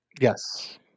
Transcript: Yes